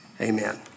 Amen